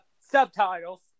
subtitles